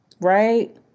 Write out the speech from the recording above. right